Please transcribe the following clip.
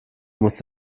musst